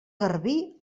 garbí